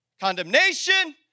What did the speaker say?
condemnation